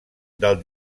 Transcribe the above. del